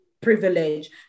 privilege